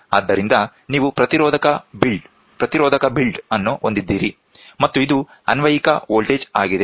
ಆದ್ದರಿಂದ ನೀವು ಪ್ರತಿರೋಧಕ ಬಿಲ್ಡ್ ಅನ್ನು ಹೊಂದಿದ್ದೀರಿ ಮತ್ತು ಇದು ಅನ್ವಯಿಕ ವೋಲ್ಟೇಜ್ ಆಗಿದೆ